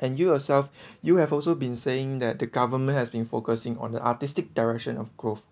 and you yourself you have also been saying that the government has been focusing on the artistic direction of growth